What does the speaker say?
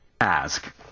ask